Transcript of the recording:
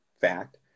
fact